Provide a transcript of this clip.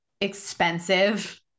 expensive